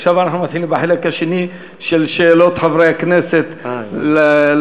עכשיו אנחנו מתחילים בחלק השני של שאלות חברי הכנסת לשר.